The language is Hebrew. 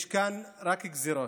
יש כאן רק גזרות,